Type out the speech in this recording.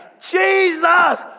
Jesus